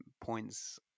points